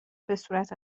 بهصورت